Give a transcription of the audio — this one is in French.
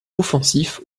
offensif